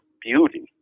beauty